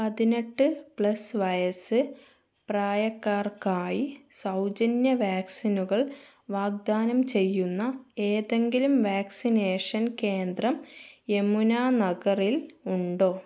പതിനെട്ട് പ്ലസ് വയസ്സ് പ്രായക്കാർക്കായി സൗജന്യ വാക്സിനുകൾ വാഗ്ദാനം ചെയ്യുന്ന ഏതെങ്കിലും വാക്സിനേഷൻ കേന്ദ്രം യമുന നഗറിൽ ഉണ്ടോ